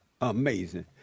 Amazing